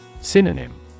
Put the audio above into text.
Synonym